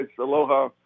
Aloha